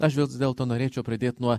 aš vis dėlto norėčiau pradėt nuo